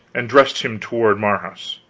and dressed him toward marhaus,